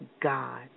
God